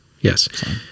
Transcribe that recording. yes